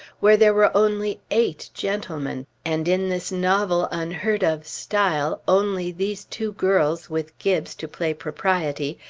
where there were only eight gentlemen and in this novel, unheard-of style, only these two girls, with gibbes to play propriety,